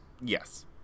Yes